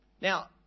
Now